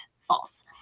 false